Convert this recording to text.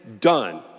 done